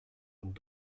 und